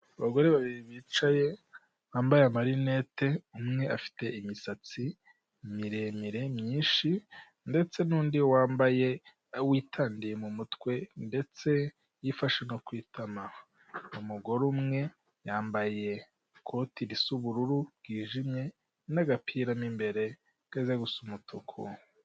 Abagore babiri bicaye bambaye marineti umwe afite imisatsi miremire myinshi ndetse n'undi wambaye witandiye mu mutwe ndetse yifashe no ku itama umugore umwe yambaye ikoti ry'ubururu bwijimye n'agapira'im imbere gaze gusa umutuku.